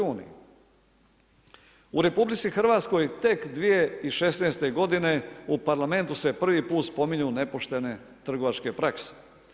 U RH tek 2016. godine u Parlamentu se prvi put spominju nepoštene trgovačke prakse.